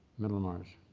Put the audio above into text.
middlemarch.